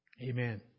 Amen